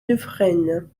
dufrègne